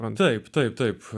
man taip taip taip